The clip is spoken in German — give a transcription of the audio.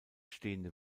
stehende